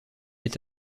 est